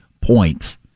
points